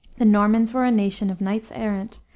the normans were a nation of knights-errant,